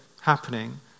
happening